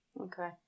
Okay